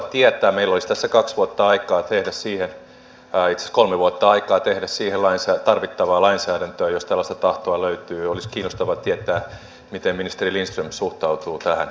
meillä olisi tässä kaksi vuotta aikaa itse asiassa kolme vuotta aikaa tehdä siihen tarvittavaa lainsäädäntöä jos tällaista tahtoa löytyy ja olisi kiinnostavaa tietää miten ministeri lindström suhtautuu tähän ajatukseen